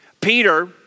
Peter